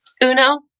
Uno